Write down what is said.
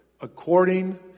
According